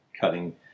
cutting